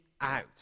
out